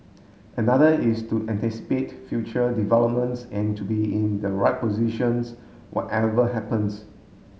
another is to anticipate future developments and to be in the right positions whatever happens